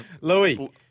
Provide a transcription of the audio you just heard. Louis